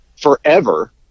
forever